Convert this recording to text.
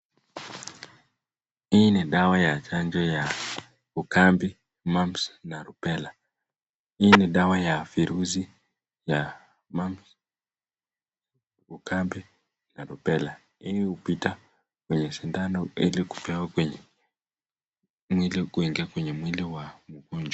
Hii ni dawa ya chanjo ya ukambi, mumps na rubela. Hii ni dawa ya virusi ya mumps ukambi na rubela, hii hupita kwenye sindano ili kupewa kwenye kwenye mwili, kuingia kwenye mwili wa mgonjwa.